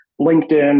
LinkedIn